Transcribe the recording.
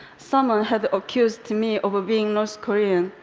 someone had accused me of being north korean,